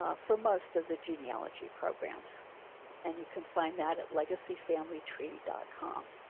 ah for most of the genealogy programs and you can find that legacyfamilytree dot com